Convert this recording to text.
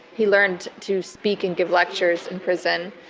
he learned to speak and give lectures in prison.